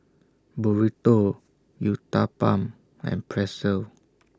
Burrito Uthapam and Pretzel